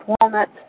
walnuts